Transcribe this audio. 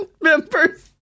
members